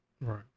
Right